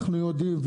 אנחנו יודעים.